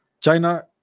China